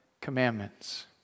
commandments